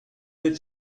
the